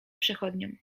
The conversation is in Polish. przechodniom